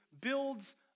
builds